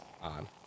on